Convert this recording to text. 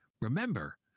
remember